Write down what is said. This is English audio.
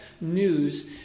news